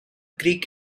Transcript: creek